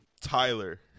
Tyler